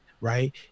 right